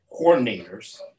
coordinators